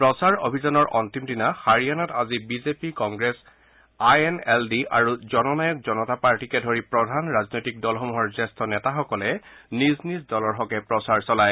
প্ৰচাৰ অভিযানৰ অন্তিম দিনা হাৰিয়ানাত আজি BJP Congress I N L D আৰু জননায়ক জনতা পাৰ্টীকে ধৰি প্ৰধান ৰাজনৈতিক দলসমূহৰ জ্যেষ্ঠ নেতাসকলে নিজ নিজ দলৰ হকে প্ৰচাৰ চলায়